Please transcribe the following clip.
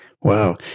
Wow